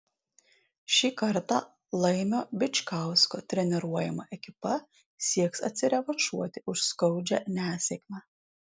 šį kartą laimio bičkausko treniruojama ekipa sieks atsirevanšuoti už skaudžią nesėkmę